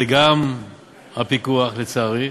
זה גם הפיקוח, לצערי,